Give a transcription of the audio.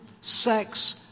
sex